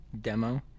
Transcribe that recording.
demo